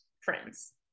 friends